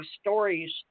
stories